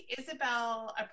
Isabel